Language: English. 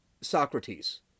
Socrates